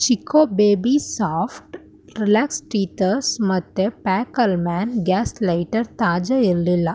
Chicco baby soft relax teethers ಮತ್ತು ಫ್ಯಾಕಲ್ಮ್ಯಾನ್ gas lighter ತಾಜಾ ಇರಲಿಲ್ಲ